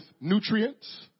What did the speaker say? nutrients